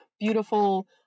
Beautiful